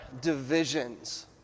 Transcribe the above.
divisions